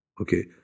Okay